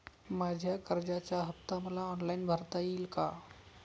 माझ्या कर्जाचा हफ्ता मला ऑनलाईन भरता येईल का?